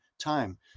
time